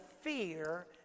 fear